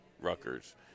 Rutgers